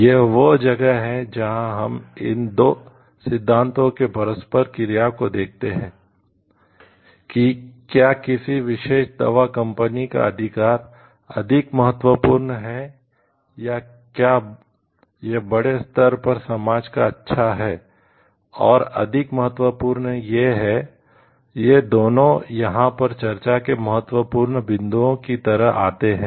यह वह जगह है जहां हम इन दो सिद्धांतों के परस्पर क्रिया को देखते हैं कि क्या किसी विशेष दवा कंपनी का अधिकार अधिक महत्वपूर्ण है या क्या यह बड़े स्तर पर समाज का अच्छा है और अधिक महत्वपूर्ण है ये दोनों यहां पर चर्चा के महत्वपूर्ण बिंदुओं की तरह आते हैं